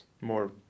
more